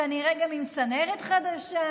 וכנראה גם עם צנרת חדשה,